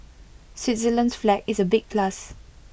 Switzerland's flag is A big plus